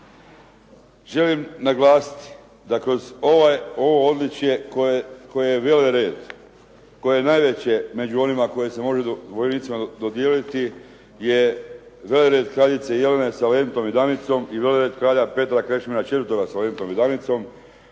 Želim naglasiti da kroz ovo odličje koje je velered, koje je najveće među onima koje se može vojnicima dodijeliti je "velered kraljice Jelene sa lentom i Danicom" i "velered kralja Petra Krešimira IV. sa lentom i Danicom"